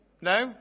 No